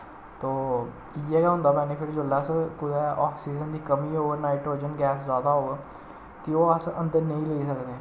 तो इ'यै गै होंदा बैनिफिट जेल्लै अस कुतै आक्सीज़न दी कमी होग नाइट्रोजन गैस ज्यादा होग ते ओह् अस अन्दर नेईं लेई सकदे